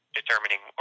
determining